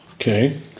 Okay